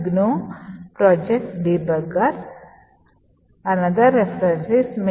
GDB - GNU Project Debugger 2